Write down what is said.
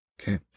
Okay